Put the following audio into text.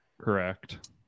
Correct